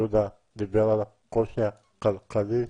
יהודה דיבר על הקושי הכלכלי.